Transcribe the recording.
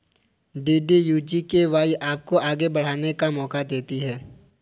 DDU GKY आपको आगे बढ़ने का मौका देती है